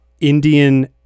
Indian